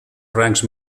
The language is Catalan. rangs